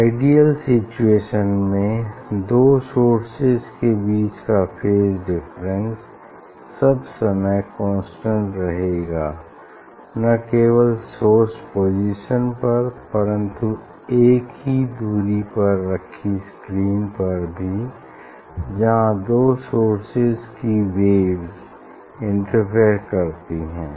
ideal situation में दो sources के बीच का फेज डिफरेंस सब समय कांस्टेंट रहेगा न केवल सोर्स पोजीशन पर परन्तु एक दुरी पर रखी स्क्रीन पर भी जहाँ दो सोर्सेज की वेव्स इंटरफेयर करती हैं